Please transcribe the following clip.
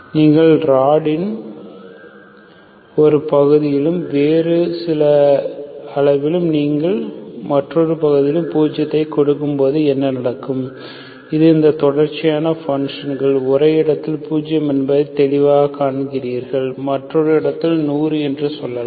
நீங்கள் ராடின் ஒரு பகுதியிலும் வேறு சில அளவிலும் பகுதியில் மற்றொரு பகுதியிலும் பூஜ்ஜியத்தைக் கொடுக்கும்போது என்ன நடக்கும் இது இந்த தொடர்ச்சியான ஃபங்ஷன் ஒரு இடத்தில் பூஜ்ஜியம் என்பதை தெளிவாகக் காண்கிறீர்கள் மற்றொரு இடத்தில் 100 என்று சொல்லலாம்